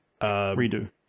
redo